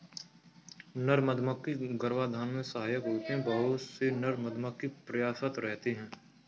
नर मधुमक्खी गर्भाधान में सहायक होते हैं बहुत से नर मधुमक्खी प्रयासरत रहते हैं